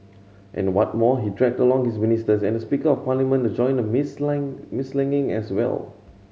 and what more he dragged along his ministers and Speaker of Parliament to join the mudsling mudslinging as well